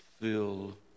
fill